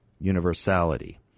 universality